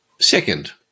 Second